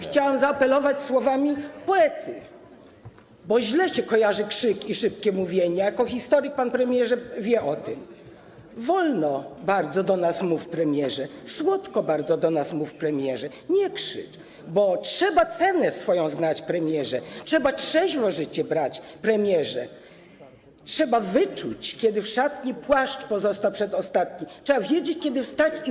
Chciałam zaapelować słowami poety, bo źle się kojarzy krzyk i szybkie mówienie, jako historyk, panie premierze, pan o tym wie: Wolno bardzo do nas mów, premierze, słodko bardzo do nas mów, premierze, nie krzycz, bo trzeba cenę swoją znać, premierze, trzeba trzeźwo życie brać, premierze, trzeba wyczuć, kiedy w szatni płaszcz pozostał przedostatni, trzeba wiedzieć, kiedy wstać i wyjść.